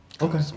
Okay